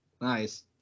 nice